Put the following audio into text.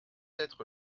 être